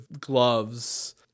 gloves